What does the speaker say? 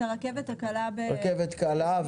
את הרכבת הקלה בתל אביב.